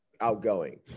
outgoing